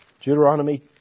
Deuteronomy